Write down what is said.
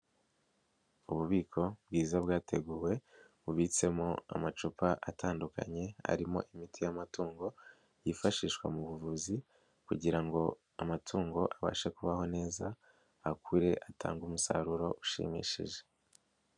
Ububiko bwiza bwateguwe bubitsemo amacupa atandukanye arimo imiti y'amatungo yifashishwa mu buvuzi kugira ngo amatungo abashe kubaho neza akure atange umusaruro ushimishije.